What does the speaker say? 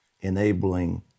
enabling